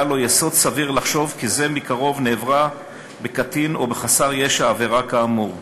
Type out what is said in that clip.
לו יסוד סביר לחשוב כי זה מקרוב נעברה בקטין או בחסר ישע עבירה כאמור.